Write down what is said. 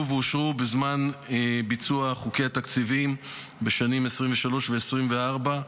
ואושרו בזמן ביצוע חוקי התקציבים בשנים 2023 ו-2024,